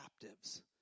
captives